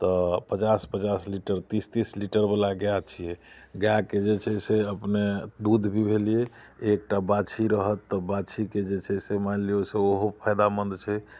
तऽ पचास पचास लीटर तीस तीसवला गाय छियै गायके जे छै से अपने दूध भी दुहलियै एकटा बाछी रहत तऽ बाछीके जे छै से मानि लियौ से ओहो फायदामन्द छै